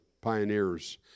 pioneers